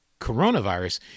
coronavirus